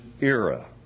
era